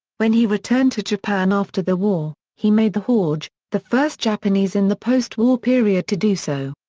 when he returned to japan after the war, he made the hajj, the first japanese in the post-war period to do so.